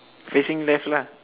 facing left lah